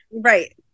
Right